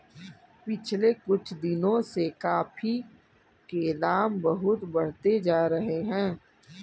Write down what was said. पिछले कुछ दिनों से कॉफी के दाम बहुत बढ़ते जा रहे है